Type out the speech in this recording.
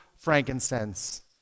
frankincense